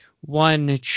one